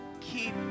keep